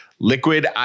Liquid